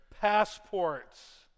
passports